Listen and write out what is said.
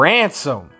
Ransom